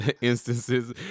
instances